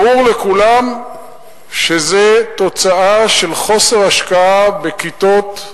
ברור לכולם שזה תוצאה של חוסר השקעה בכיתות,